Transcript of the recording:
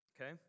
okay